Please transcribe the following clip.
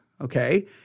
Okay